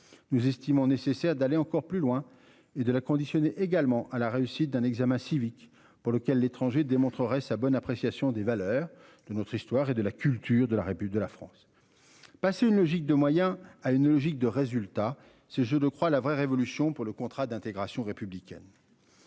nous estimons nécessaire d'aller encore plus loin et de la. Également à la réussite d'un examen civique pour lequel l'étranger démontrerait sa bonne appréciation des valeurs de notre histoire et de la culture de la réplique de la France. Passez une logique de moyen à une logique de résultat c'est, je ne crois. La vraie révolution pour le contrat d'intégration républicaine.